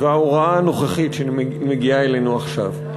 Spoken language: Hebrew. וההוראה הנוכחית, שמגיעה אלינו עכשיו,